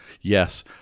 Yes